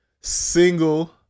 single